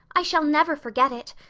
i shall never forget it.